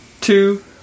two